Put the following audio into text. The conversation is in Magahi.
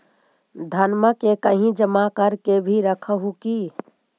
धनमा के कहिं जमा कर के भी रख हू की?